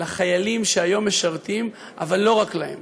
לחיילים שהיום משרתים, אבל לא רק להם,